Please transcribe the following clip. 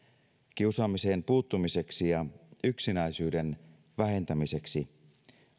kiusaamiseen puuttumiseksi ja yksinäisyyden vähentämiseksi